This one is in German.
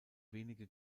wenige